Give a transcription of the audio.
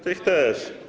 Tych też.